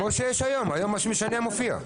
כמו שיש היום, היום המשנע מופיע.